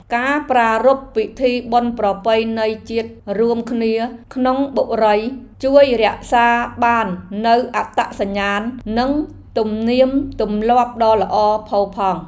ការប្រារព្ធពិធីបុណ្យប្រពៃណីជាតិរួមគ្នាក្នុងបុរីជួយរក្សាបាននូវអត្តសញ្ញាណនិងទំនៀមទម្លាប់ដ៏ល្អផូរផង់។